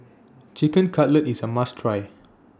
Chicken Cutlet IS A must Try